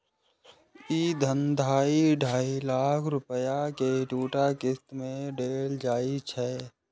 ई धन ढाइ ढाइ लाख रुपैया के दूटा किस्त मे देल जाइ छै